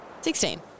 Sixteen